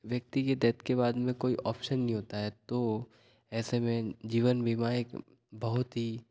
व्यक्ति के डेथ के बाद में कोई ऑप्शन नहीं होता है तो ऐसे में जीवन बीमा एक बहुत ही